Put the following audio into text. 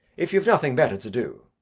if you have nothing better to do.